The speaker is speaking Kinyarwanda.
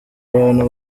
abantu